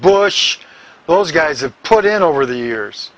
bush those guys have put in over the years